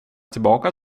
tillbaka